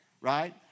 right